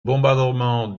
bombardement